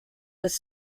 with